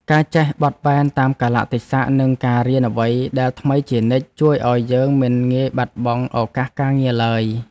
ការចេះបត់បែនតាមកាលៈទេសៈនិងការរៀនអ្វីដែលថ្មីជានិច្ច ជួយឱ្យយើងមិនងាយបាត់បង់ឱកាសការងារឡើយ។